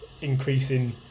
increasing